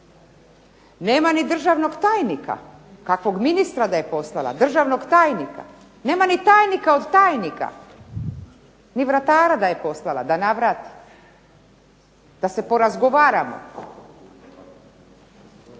Nema ni državnog tajnika, kakvog ministra da je poslala, državnog tajnika. Nema ni tajnika od tajnika, ni vratara da je poslala da navrati, da se porazgovaramo.